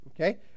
Okay